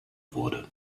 wurde